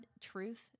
truth